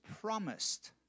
promised